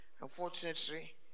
Unfortunately